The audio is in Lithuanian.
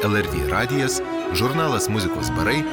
elartė radijas žurnalas muzikos barai